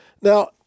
Now